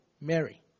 Mary